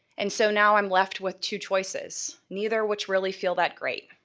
and so now, i'm left with two choices, neither which really feel that great.